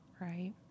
Right